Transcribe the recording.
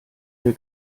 wir